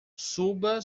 suba